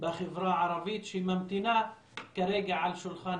בחברה הערבית שממתינה כרגע על שולחן